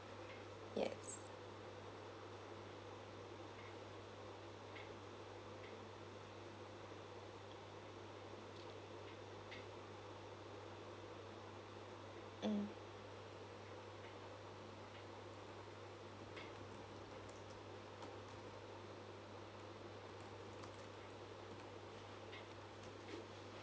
yes mm